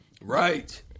Right